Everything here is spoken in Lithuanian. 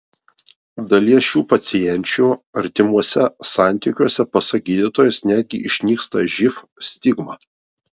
dalies šių pacienčių artimuose santykiuose pasak gydytojos netgi išnyksta živ stigma